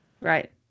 Right